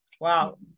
Wow